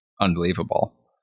unbelievable